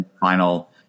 final